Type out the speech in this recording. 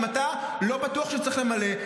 אם אתה לא בטוח שצריך למלא,